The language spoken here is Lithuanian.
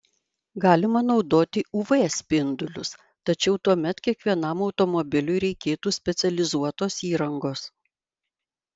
galima naudoti uv spindulius tačiau tuomet kiekvienam automobiliui reikėtų specializuotos įrangos